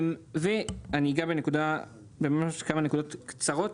ואגע בכמה נקודות קצרות: